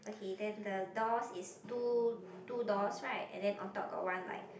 okay then the doors is two two doors right and then on top got one like